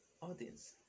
audience